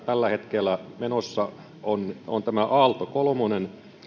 tällä hetkellä menossa olevia nanosatelliittihankkeita on tämä aalto kolmonen